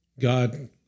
God